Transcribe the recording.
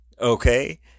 okay